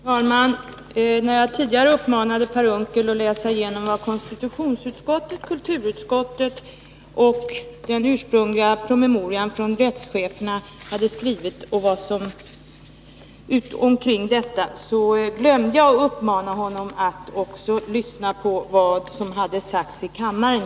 Herr talman! När jag tidigare uppmanade Per Unckel att läsa igenom vad som skrivits om detta i betänkandena från konstitutionsutskottet och kulturutskottet och i den ursprungliga promemorian från rättscheferna, glömde jag att uppmana honom att också lyssna på vad som sägs i kammaren.